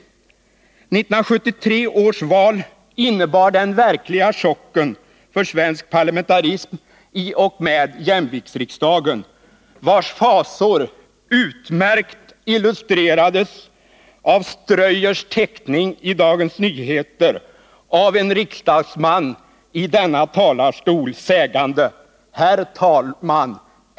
1973 års val innebar den verkliga chocken för svensk parlamentarism i och med jämviktsriksdagen, vars fasor utmärkt illustrerades av Ströyers teckning i Dagens Nyheter av en riksdagsman i denna talarstol sägande: ”Herr talman!